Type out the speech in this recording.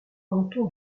canton